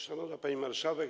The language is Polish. Szanowna Pani Marszałek!